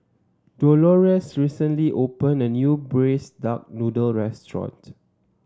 Dolores recently opened a new Braised Duck Noodle restaurant